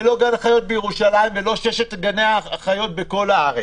ולא גן החיות בירושלים ולא שש גני החיות בכל הארץ.